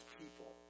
people